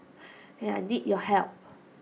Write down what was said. I need your help